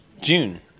June